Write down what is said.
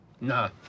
Nah